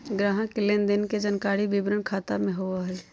ग्राहक के लेन देन के जानकारी वितरण खाता में होबो हइ